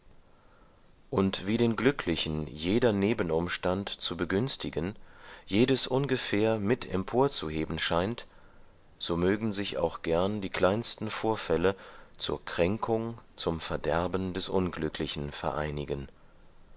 und wie den glücklichen jeder nebenumstand zu begünstigen jedes ungefähr mit emporzuheben scheint so mögen sich auch gern die kleinsten vorfälle zur kränkung zum verderben des unglücklichen vereinigen